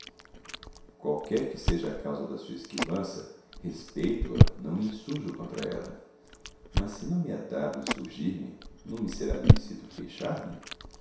qualquer que seja a causa da sua esquivança respeito a não me insurjo contra ela mas se não me é dado insurgirme não me será lícito queixar-me